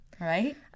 right